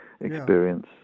experience